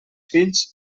fills